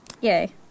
Yay